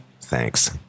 Thanks